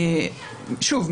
שוב,